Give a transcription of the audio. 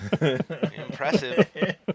Impressive